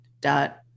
dot